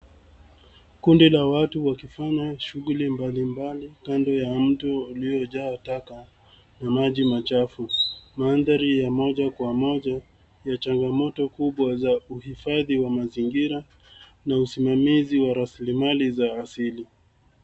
Kundi la watu wakifanya shughuli mbalimbali kando ya mto uliojaa taka na maji machafu. Mandhari ya moja kwa moja ya changamoto kubwa za uhifadhi wa mazingira na usimamizi wa rasilimali za asili.